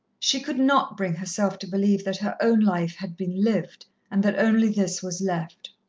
she could not bring herself to believe that her own life had been lived, and that only this was left.